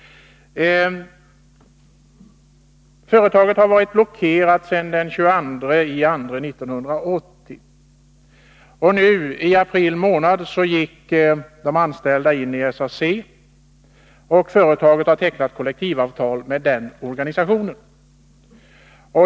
Företaget har varit blockerat sedan den 22 februari 1980. I april månad gick de anställda in i SAC, och företaget har tecknat kollektivavtal med den organisationen.